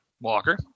Walker